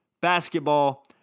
basketball